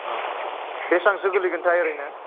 अ बेसेबांसो गोलैगोनथाय ओरैनो